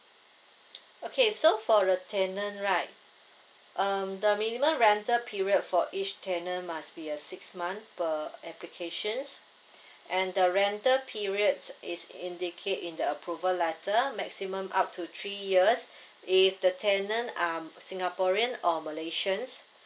okay so for the tenant right um the minimum rental period for each tenant must be a six month per applications and the rental periods is indicate in the approval letter maximum up to three years if the tenant um singaporean or malaysians